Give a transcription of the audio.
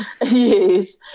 Yes